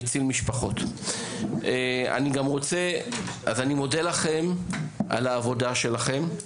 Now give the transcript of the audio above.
אז אני מודה לכם על העבודה שלכם.